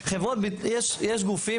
יש גופים,